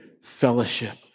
fellowship